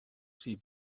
see